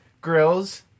Grills